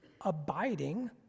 abiding